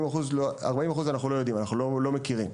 40% אנו לא מכירים.